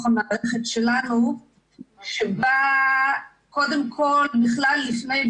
המערכת שלנו שבה קודם כל בכלל לפני,